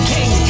King